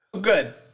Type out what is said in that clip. Good